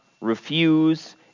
refuse